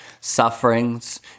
sufferings